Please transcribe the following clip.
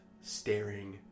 staring